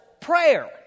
prayer